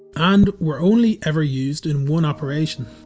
and were only ever used in one operation.